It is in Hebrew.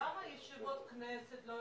למה בישיבות מליאה בכנסת לא